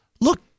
Look